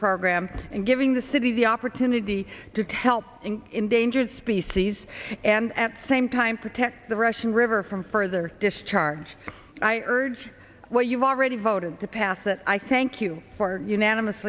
program and giving the city the opportunity to tell an endangered species and at same time protect the russian river from further discharge i urge what you've already voted to pass that i thank you for unanimous